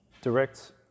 direct